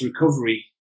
Recovery